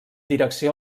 direcció